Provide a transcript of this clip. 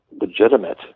legitimate